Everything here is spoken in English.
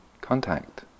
contact